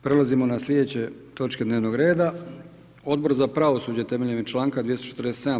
Prelazimo na sljedeće točke dnevnog reda, Odbor za pravosuđe temeljem članka 247.